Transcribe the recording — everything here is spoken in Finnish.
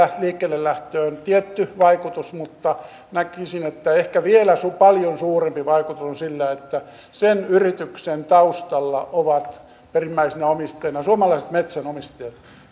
liikkeellelähtöön tietty vaikutus mutta näkisin että ehkä vielä paljon suurempi vaikutus on sillä että sen yrityksen taustalla ovat perimmäisinä omistajina suomalaiset metsänomistajat